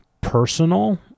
personal